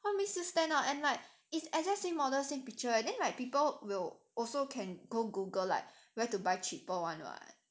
what makes you stand out and like it's exact same model same picture eh then people will also can go google like where to buy cheaper one [what]